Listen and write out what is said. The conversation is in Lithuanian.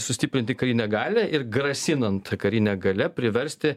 sustiprinti karinę galią ir grasinant karine galia priversti